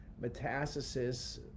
metastasis